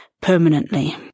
permanently